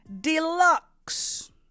deluxe